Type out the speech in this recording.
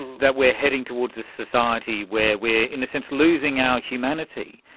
that we are heading towards a society where we are in a sense losing our humanity.